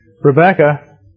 Rebecca